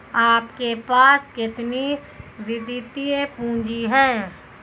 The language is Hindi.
आपके पास कितनी वित्तीय पूँजी है?